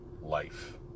life